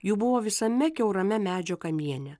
jų buvo visame kiaurame medžio kamiene